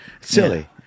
Silly